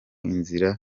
inzira